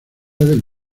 del